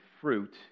fruit